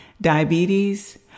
diabetes